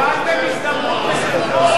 הרי איבדתם הזדמנות לשלום.